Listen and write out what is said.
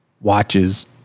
watches